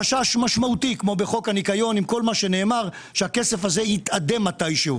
חשש משמעותי כמו בחוק הניקיון עם כל מה שנאמר שהכסף הזה יתאדה מתי שהוא.